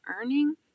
earning